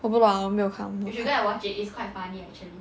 我不懂我没有看